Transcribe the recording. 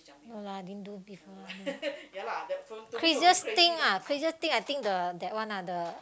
no lah didn't do before lah craziest thing ah craziest thing I think the that one ah the